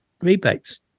Rebates